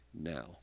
now